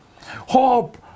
Hope